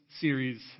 series